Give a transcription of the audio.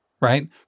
right